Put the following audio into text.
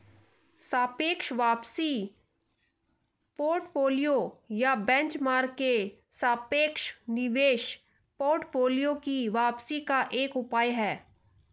सापेक्ष वापसी पोर्टफोलियो या बेंचमार्क के सापेक्ष निवेश पोर्टफोलियो की वापसी का एक उपाय है